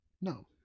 No